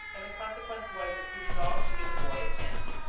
and the consequence was that he resolved to give the boy a chance.